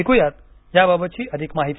ऐकुयात या बाबतची अधिक माहिती